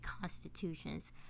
constitutions